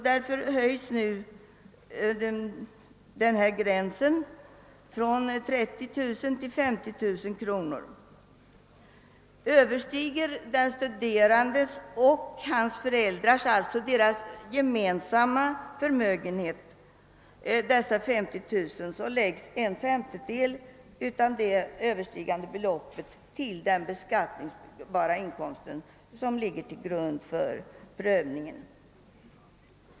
Därför höjs gränsen från 30 000 till 50 000 kronor. Överstiger den studerandes och hans föräldrars gemensamma förmögenhet dessa 50 000 kronor, lägges en femtedel av det överstigande beloppet på den beskattningsbara inkomsten, som ligger till grund för prövningen.